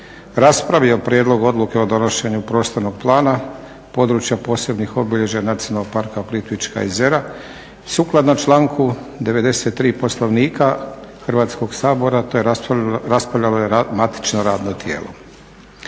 raspravio Prijedlog odluke o donošenju Prostornog plana područja posebnih obilježja Nacionalnog parka Plitvička jezera. Sukladno članku 93. Poslovnika Hrvatskog sabora to je raspravljalo matično radno tijelo.